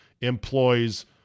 employs